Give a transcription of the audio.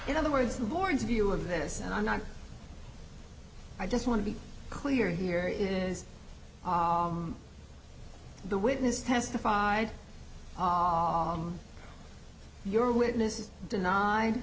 in other words the board's view of this and i'm not i just want to be clear here is the witness testified your witness is denied